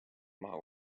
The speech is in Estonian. maha